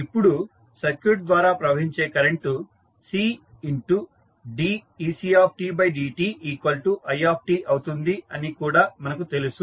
ఇప్పుడు సర్క్యూట్ ద్వారా ప్రవహించే కరెంటు Cdecdtitఅవుతుంది అని కూడా మనకు తెలుసు